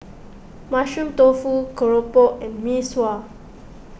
Mushroom Tofu Keropok and Mee Sua